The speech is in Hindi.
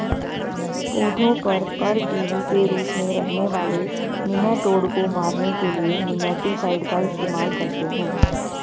पौधों पर परजीवी के रूप में रहने वाले निमैटोड को मारने के लिए निमैटीसाइड का इस्तेमाल करते हैं